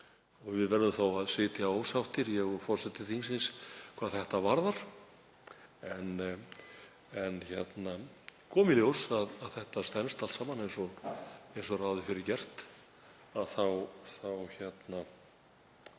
Við verðum þá að sitja ósáttir, ég og forseti þingsins, hvað þetta varðar. En komi í ljós að þetta stenst allt saman eins og ráð er fyrir gert